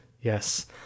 Yes